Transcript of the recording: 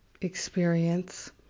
experience